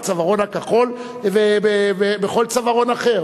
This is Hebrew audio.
בצווארון הכחול ובכל צווארון אחר,